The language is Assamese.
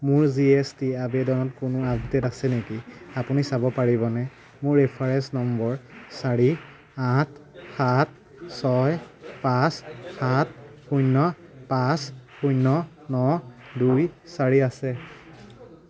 মোৰ জি এছ টি আবেদনত কোনো আপডেট আছে নেকি আপুনি চাব পাৰিবনে মোৰ ৰেফাৰেন্স নম্বৰ চাৰি আঠ সাত ছয় পাঁচ সাত শূন্য পাঁচ শূন্য ন দুই চাৰি আছে